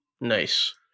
Nice